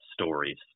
stories